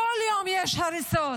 כל יום יש הריסות,